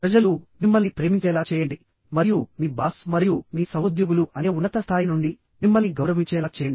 ప్రజలు మిమ్మల్ని ప్రేమించేలా చేయండి మరియు మీ బాస్ మరియు మీ సహోద్యోగులు అనే ఉన్నత స్థాయి నుండి మిమ్మల్ని గౌరవించేలా చేయండి